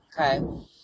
okay